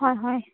হয় হয়